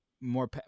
more